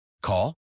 Call